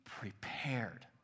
prepared